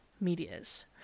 medias